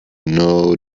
know